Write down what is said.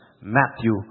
Matthew